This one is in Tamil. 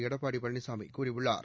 எடப்பாடி பழனிசாமி கூறியுள்ளார்